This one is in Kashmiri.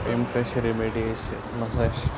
یِم کٲشِر ریٚمِڈیٖز چھِ تِم ہَسا چھِ